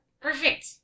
Perfect